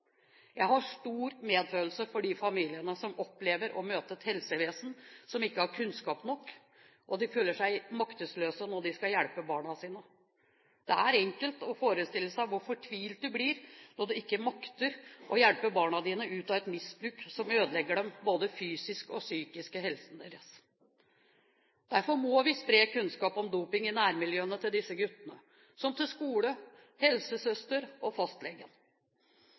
Jeg har stor medfølelse med de familiene som opplever å møte et helsevesen som ikke har kunnskaper nok, og de føler seg maktesløse når de skal hjelpe barna sine. Det er enkelt å forestille seg hvor fortvilt du blir når du ikke makter å hjelpe barna dine ut av et misbruk som ødelegger både den fysiske og psykiske helsen deres. Derfor må vi spre kunnskap om doping i nærmiljøene til disse guttene – som til skole, helsesøster og fastlegen.